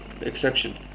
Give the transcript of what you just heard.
exception